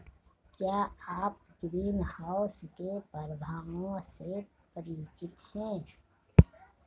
क्या आप ग्रीनहाउस के प्रभावों से परिचित हैं?